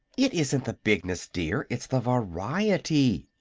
it isn't the bigness, dear its the variety,